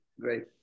Great